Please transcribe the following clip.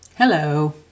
Hello